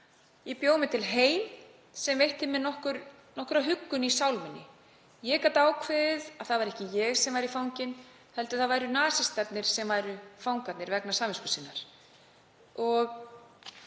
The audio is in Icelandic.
Ég bjó mér til heim sem veitti mér nokkra huggun í sál minni. Ég gat ákveðið að það væri ekki ég sem væri fanginn heldur væru það nasistar sem væru fangarnir vegna samvisku sinnar.